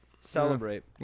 celebrate